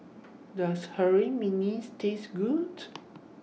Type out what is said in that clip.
Does Harum Manis Taste Good